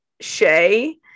Shay